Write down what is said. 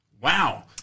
Wow